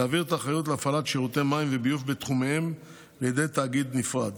להעביר את האחריות להפעלת שירותי מים וביוב בתחומיהן לידי תאגיד נפרד.